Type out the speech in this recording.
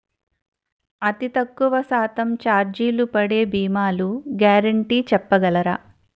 అతి తక్కువ శాతం ఛార్జీలు పడే భీమాలు గ్యారంటీ చెప్పగలరా?